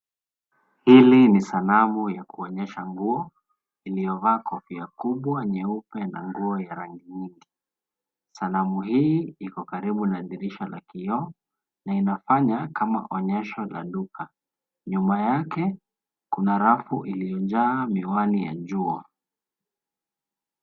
Hili ni sanamu ya kuonyesha nguo, iliovaa kofia kubwa, nyeupe, na nguo ya rangi nyingi. Sanamu hii, iko karibu na dirisha la kioo, na inafanya, kama onyesho la duka. Nyuma yake, kuna rafu iliyojaa miwani ya jua.